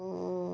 ହୁଁ